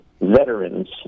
veterans